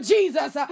Jesus